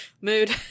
Mood